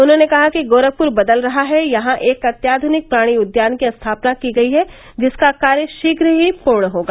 उन्होंने कहा कि गोरखपुर बदल रहा है यहां एक अत्याधनिक प्राणि उद्यान की स्थापना की गयी है जिसका कार्य शीघ्र ही पूर्ण होगा